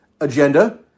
agenda